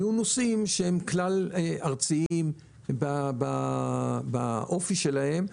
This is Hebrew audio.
יהיו נושאים שהם כלל ארציים באופי שלהם,